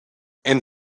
and